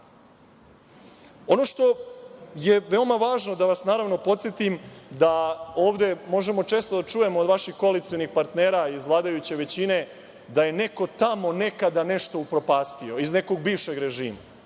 što je veoma važno da vas podsetim, jeste da ovde možemo često da čujemo od vaših koalicionih partnera iz vladajuće većine da je neko tamo nekada nešto upropastio iz nekog bivšeg režima.